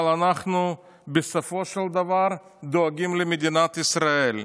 אבל בסופו של דבר אנחנו דואגים למדינת ישראל.